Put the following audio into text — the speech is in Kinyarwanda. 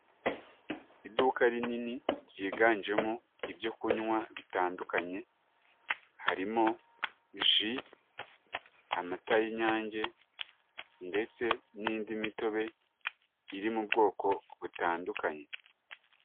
Iduka rinini ryiganjemo ibyo kunywa bitandukanye, harimo ji, amata y'Inyange ndetse n'indi mitobe iri mu bwoko butandukanye.